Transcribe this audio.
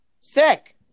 Sick